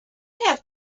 have